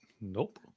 Nope